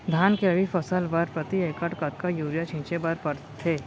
धान के रबि फसल बर प्रति एकड़ कतका यूरिया छिंचे बर पड़थे?